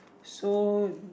so